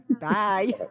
bye